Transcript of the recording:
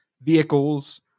vehicles